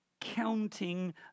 counting